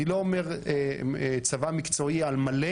אני לא אומר צבא מקצועי על מלא.